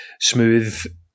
smooth